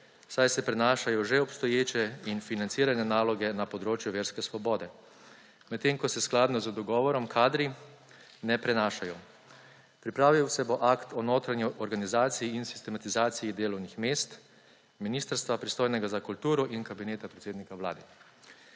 saj se prenašajo že obstoječe in financirane naloge na področju verske svobode, medtem ko se skladno z dogovorom kadri ne prenašajo. Pripravil se bo Akt o notranji organizaciji in sistematizaciji delovnih mest, Ministrstva pristojnega za kulturo in Kabineta predsednika Vlade.